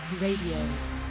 Radio